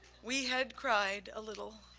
we had cried a little,